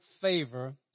favor